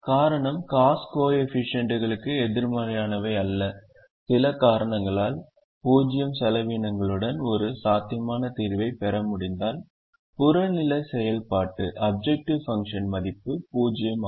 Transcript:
காரணம் அனைத்து காஸ்ட் கோஏபிசிஎன்ட்களும் எதிர்மறையானவை அல்ல சில காரணங்களால் 0 செலவினங்களுடன் ஒரு சாத்தியமான தீர்வைப் பெற முடிந்தால் புறநிலை செயல்பாட்டு மதிப்பு 0 ஆகும்